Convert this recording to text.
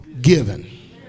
given